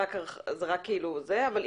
הבנתי,